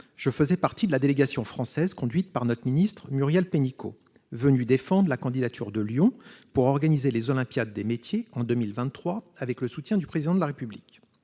je faisais partie de la délégation française conduite par la ministre Muriel Pénicaud venue défendre à Kazan la candidature de Lyon à l'organisation des Olympiades des métiers en 2023, avec le soutien du Président de la République.